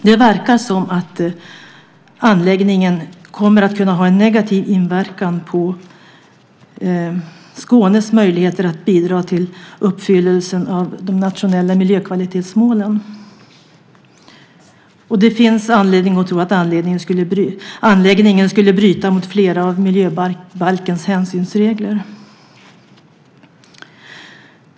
Det verkar som att anläggningen kommer att kunna ha en negativ inverkan på Skånes möjligheter att bidra till uppfyllelsen av de nationella miljökvalitetsmålen. Det finns anledning att tro att anläggningen skulle bryta mot flera av miljöbalkens hänsynsregler.